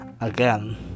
again